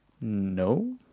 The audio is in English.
No